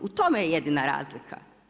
U tome je jedina razlika.